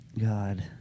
god